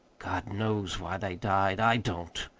god knows why they died i don't!